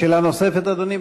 שאלה נוספת, אדוני?